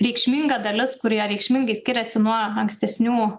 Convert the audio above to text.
reikšminga dalis kur jie reikšmingai skiriasi nuo ankstesnių